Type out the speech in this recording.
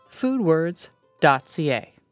Foodwords.ca